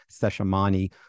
Seshamani